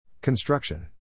Construction